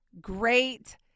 great